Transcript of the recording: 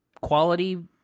quality